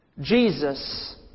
Jesus